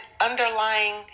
underlying